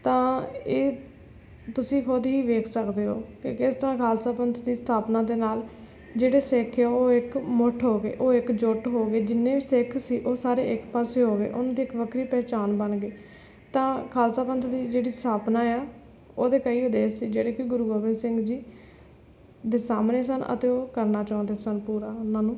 ਤਾਂ ਇਹ ਤੁਸੀਂ ਖੁਦ ਹੀ ਵੇਖ ਸਕਦੇ ਹੋ ਕਿ ਕਿਸ ਤਰ੍ਹਾਂ ਖਾਲਸਾ ਪੰਥ ਦੀ ਸਥਾਪਨਾ ਦੇ ਨਾਲ ਜਿਹੜੇ ਸਿੱਖ ਹੈ ਉਹ ਇੱਕ ਮੁੱਠ ਹੋ ਗਏ ਉਹ ਇੱਕ ਜੁੱਟ ਹੋ ਗਏ ਜਿੰਨੇ ਸਿੱਖ ਸੀ ਉਹ ਸਾਰੇ ਇੱਕ ਪਾਸੇ ਹੋ ਗਏ ਉਹਨਾਂ ਦੀ ਇੱਕ ਵੱਖ ਪਹਿਚਾਣ ਬਣ ਗਈ ਤਾਂ ਖਾਲਸਾ ਪੰਥ ਦੀ ਜਿਹੜੀ ਸਥਾਪਨਾ ਹੈ ਉਹਦੇ ਕਈ ਉਦੇਸ਼ ਸੀ ਜਿਹੜੇ ਕਿ ਗੁਰੂ ਗੋਬਿੰਦ ਸਿੰਘ ਜੀ ਦੇ ਸਾਹਮਣੇ ਸਨ ਅਤੇ ਉਹ ਕਰਨਾ ਚਾਹੁੰਦੇ ਸਨ ਪੂਰਾ ਉਨ੍ਹਾਂ ਨੂੰ